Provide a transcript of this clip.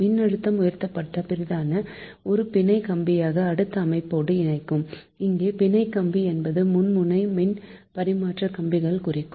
மின்னழுத்தம் உயர்த்தப்பட்ட பிறகான ஒரு பிணை கம்பியாக அடுத்த அமைப்போடு இணைக்கும் இங்கே பிணை கம்பி என்பது மும்முனை மின் பரிமாற்ற கம்பிகளை குறிக்கும்